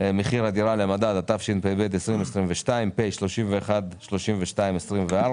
הדירה למדד), התשפ"ב-2022 (פ/3132/24,